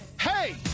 Hey